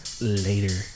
later